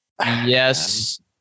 Yes